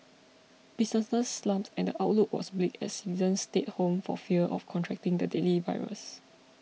businesses slumped and the outlook was bleak as citizens stayed home for fear of contracting the deadly virus